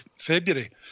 February